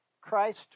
Christ